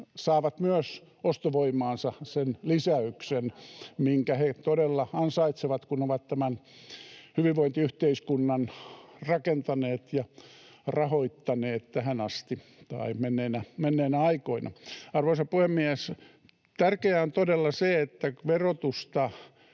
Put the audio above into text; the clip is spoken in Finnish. kantaa huolta!] minkä he todella ansaitsevat, kun ovat tämän hyvinvointiyhteiskunnan rakentaneet ja rahoittaneet tähän asti, tai menneinä aikoina. Arvoisa puhemies! Tärkeää on todella se, että verotusta